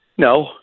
No